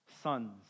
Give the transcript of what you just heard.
Sons